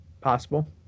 Possible